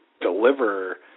deliver